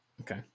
Okay